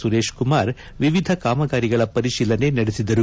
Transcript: ಸುರೇಶ್ ಕುಮಾರ್ ವಿವಿಧ ಕಾಮಗಾರಿಗಳ ಪರಿಶೀಲನೆ ನಡೆಸಿದರು